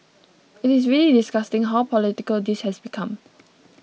it is really disgusting how political this has become